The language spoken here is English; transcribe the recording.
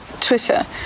Twitter